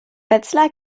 wetzlar